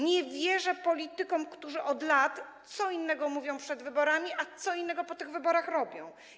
Nie wierzę politykom, którzy od lat co innego mówią przed wyborami, a co innego po tych wyborach robią.